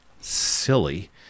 silly